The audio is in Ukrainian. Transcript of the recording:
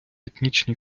етнічні